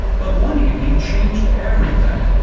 but one evening changed everything.